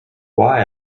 why